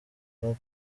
frank